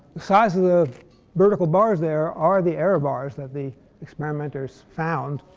size of the vertical bars there are the error bars that the experimenters found.